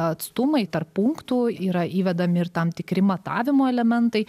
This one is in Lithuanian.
atstumai tarp punktų yra įvedami ir tam tikri matavimo elementai